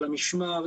על המשמר,